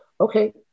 okay